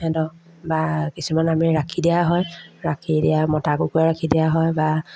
সিহঁতক বা কিছুমান আমি ৰাখি দিয়া হয় ৰাখি দিয়া মতা কুকুৰা ৰাখি দিয়া হয় বা